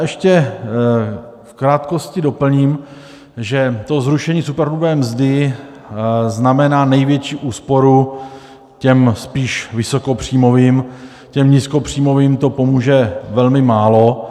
Ještě v krátkosti doplním, že zrušení superhrubé mzdy znamená největší úsporu těm spíše vysokopříjmovým, těm nízkopříjmovým to pomůže velmi málo.